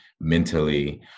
mentally